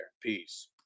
peace